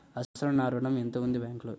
అసలు నా ఋణం ఎంతవుంది బ్యాంక్లో?